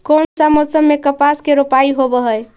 कोन सा मोसम मे कपास के रोपाई होबहय?